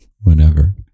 whenever